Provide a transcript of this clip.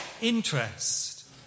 interest